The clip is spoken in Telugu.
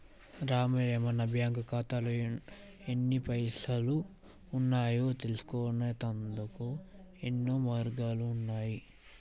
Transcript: రామయ్య మన బ్యాంకు ఖాతాల్లో ఎన్ని పైసలు ఉన్నాయో తెలుసుకొనుటకు యెన్నో మార్గాలు ఉన్నాయి